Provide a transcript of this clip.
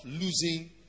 losing